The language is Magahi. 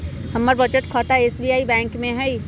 हमर बचत खता एस.बी.आई बैंक में हइ